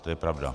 To je pravda.